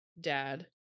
dad